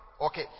Okay